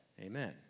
Amen